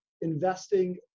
investing